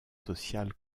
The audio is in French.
sociale